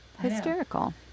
Hysterical